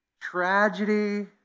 tragedy